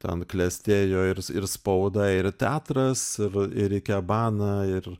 ten klestėjo ir ir spauda ir teatras ir ir ikebana ir